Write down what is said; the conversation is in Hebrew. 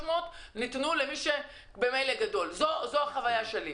ניתנו למי שהוא ממילא גדול זו החוויה שלי.